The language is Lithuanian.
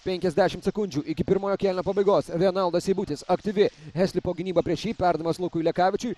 penkiasdešimt sekundžių iki pirmojo kėlinio pabaigos renaldas seibutis aktyvi heslipo gynyba prieš jį perdavimas lukui lekavičiui